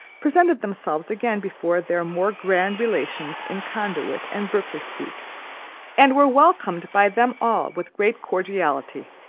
presented themselves again before their more grand relations in conduit and berkeley streets and were welcomed by them all with great cordiality.